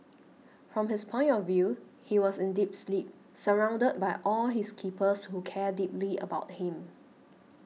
from his point of view he was in deep sleep surrounded by all his keepers who care deeply about him